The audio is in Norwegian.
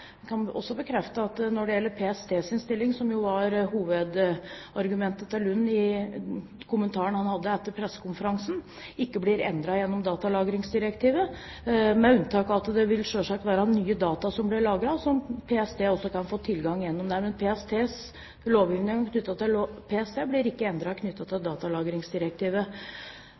kan også bekrefte at PSTs stilling – som jo var hovedargumentet til Lund i den kommentaren han hadde etter pressekonferansen – ikke blir endret gjennom datalagringsdirektivet, med unntak av at det selvsagt vil være nye data som blir lagret, som PST også kan få tilgang til gjennom det. Men lovgivningen knyttet til PST blir ikke endret ved datalagringsdirektivet.